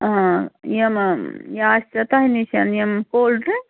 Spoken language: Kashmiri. آ یِم یہِ آسَے تۄہہِ نِش یِم کولڈ ڈٕرٛنٛک